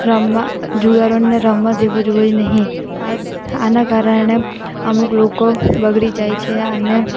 રમવા જુગારોને રમવા દેવું જોઈએ નહીં આ આના કારણે અમુક લોકો બગડી જાય છે અને